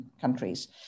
countries